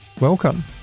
Welcome